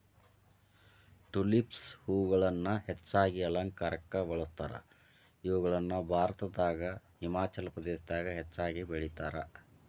tulips ಹೂಗಳನ್ನ ಹೆಚ್ಚಾಗಿ ಅಲಂಕಾರಕ್ಕ ಬಳಸ್ತಾರ, ಇವುಗಳನ್ನ ಭಾರತದಾಗ ಹಿಮಾಚಲ ಪ್ರದೇಶದಾಗ ಹೆಚ್ಚಾಗಿ ಬೆಳೇತಾರ